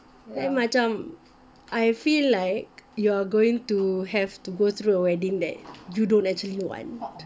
then macam I feel like you're going to have to go through a wedding that you don't actually want